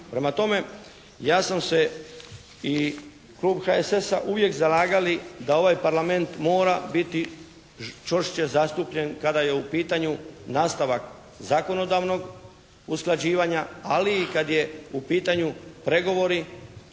Prema tome, ja sam se i klub HSS-a uvijek zalagali da ovaj Parlament mora biti čvršće zastupljen kada je u pitanju nastavak zakonodavnog usklađivanja ali i kad je u pitanju pregovori,